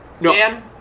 No